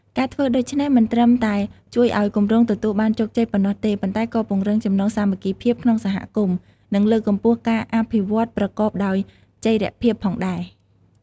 ការធ្វើដូច្នេះមិនត្រឹមតែជួយឲ្យគម្រោងទទួលបានជោគជ័យប៉ុណ្ណោះទេ ប៉ុន្តែក៏ពង្រឹងចំណងសាមគ្គីភាពក្នុងសហគមន៍ និងលើកកម្ពស់ការអភិវឌ្ឍប្រកបដោយចីរភាពផងដែរ។